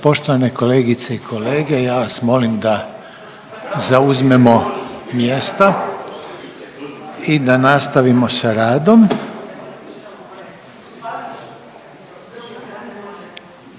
Poštovane kolegice i kolege, ja vas molim da zauzmemo mjesta i da nastavimo sa radom.